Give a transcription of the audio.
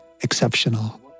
Exceptional